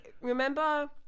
remember